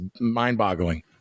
mind-boggling